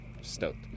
stoked